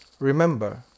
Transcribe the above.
Remember